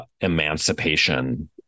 emancipation